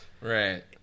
Right